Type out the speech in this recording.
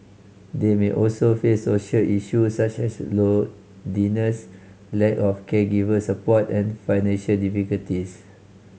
they may also face social issues such as loneliness lack of caregiver support and financial difficulties